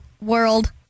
World